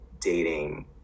dating